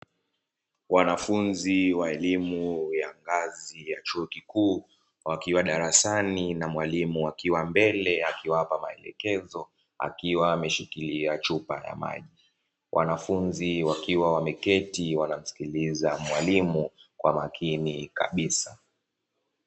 Wanafunzi wa elimu ya ngazi ya chuo kikuu wakiwa darasani na mwalimu akiwa mbele akiwapa maelekezo, akiwa ameshikilia chupa ya maji, wanafunzi wakiwa wameketi wanamsikiliza mwalimu kwa makini kabisa.